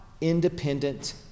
independent